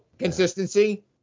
consistency